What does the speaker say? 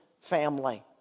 family